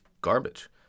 garbage